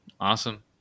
awesome